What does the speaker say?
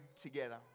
together